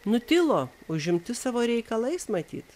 nutilo užimti savo reikalais matyt